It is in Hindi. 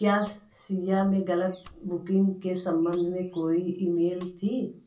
क्या सिया में गलत बुकिंग के संबंध में कोई ईमेल थी